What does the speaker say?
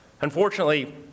Unfortunately